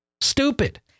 Stupid